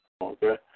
Okay